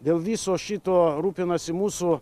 dėl viso šito rūpinasi mūsų